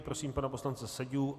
Prosím pana poslance Seďu.